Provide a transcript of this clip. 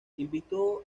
invitó